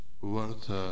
worth